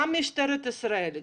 גם משטרת ישראל,